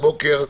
הבוקר,